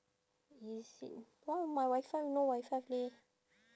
is it why my WiFi no WiFi leh